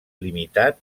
limitat